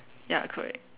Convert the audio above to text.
ya correct